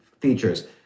features